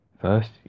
First